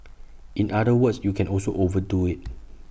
in other words you can also overdo IT